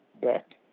back